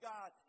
God